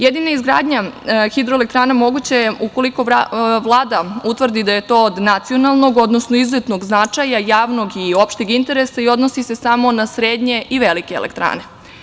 Jedina izgradnja hidroelektrana moguća je ukoliko Vlada utvrdi da je to od nacionalnog, odnosno izuzetnog značaja, javnog i opšteg interesa, a odnosi se samo na srednje i velike elektrane.